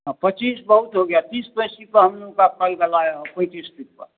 हाँ पच्चीस बहुत हो गया तीस पैंतीस पर हम लोगों का पाईप गड़ाया है पैंतीस फीट पर